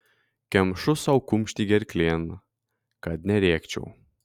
kemšu sau kumštį gerklėn kad nerėkčiau